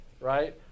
right